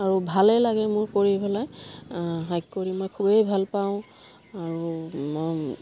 আৰু ভালেই লাগে মোৰ কৰি পেলাই হাইক কৰি মই খুবেই ভাল পাওঁ আৰু মই